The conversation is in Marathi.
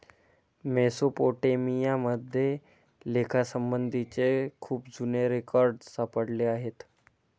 मेसोपोटेमिया मध्ये लेखासंबंधीचे खूप जुने रेकॉर्ड सापडले आहेत